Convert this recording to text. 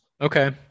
Okay